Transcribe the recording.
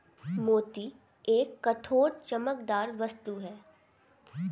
मोती एक कठोर, चमकदार वस्तु है